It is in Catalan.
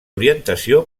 orientació